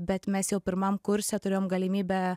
bet mes jau pirmam kurse turėjom galimybę